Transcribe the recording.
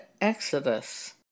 Exodus